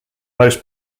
most